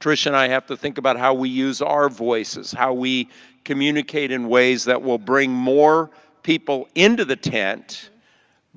trish and i have to think about how we use our voices. how we communicate in ways that will bring more people into the tent